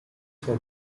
for